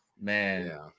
man